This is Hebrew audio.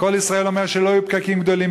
"קול ישראל" אומר שלא היו פקקים גדולים.